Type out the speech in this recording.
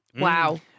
wow